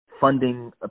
funding –